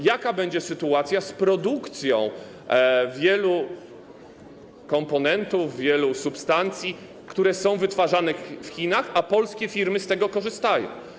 Jaka będzie sytuacja z produkcją wielu komponentów, wielu substancji, które są wytwarzane w Chinach, a polskie firmy z tego korzystają?